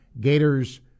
Gators